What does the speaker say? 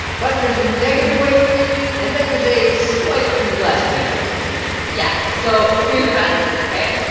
but there's a negative way to read it, and then there's a slightly less negative way to read it yeah. so here's the bad news, ok.